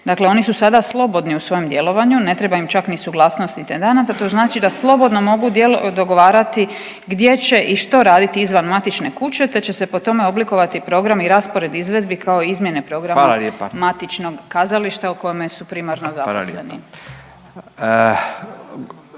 dakle oni su sada slobodni u svom djelovanju, ne treba im čak ni suglasnost intendanata, to znači da slobodno mogu dogovarati gdje će i što raditi izvan matične kuće, te će se po tome oblikovati program i raspored izvedbi kao i izmjene programa…/Upadica Radin: Hvala lijepo/…matičnog kazališta u kojima su primarno zaposleni.